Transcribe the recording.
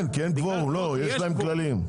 כן, כי יש להם כללים.